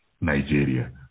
Nigeria